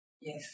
Yes